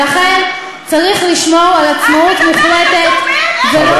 ולכן צריך לשמור על עצמאות מוחלטת ולא לחשוף,